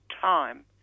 time